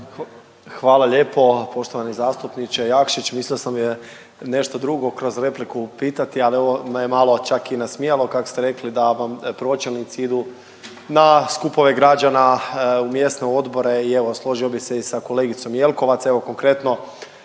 Hvala lijepo poštovani zastupniče Jakšić. Mislio sam je nešto drugo kroz repliku pitati, ali ovo me je malo čak i nasmijalo, kak ste rekli da vam pročelnici idu na skupove građana u mjesne odbore i evo složio bi se i sa kolegicom Jelkovac, evo konkretno